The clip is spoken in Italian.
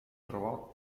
trovò